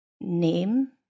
name